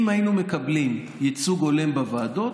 אם היינו מקבלים ייצוג הולם בוועדות,